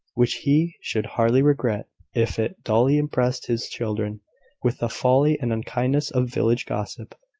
which he should hardly regret if it duly impressed his children with the folly and unkindness of village gossip.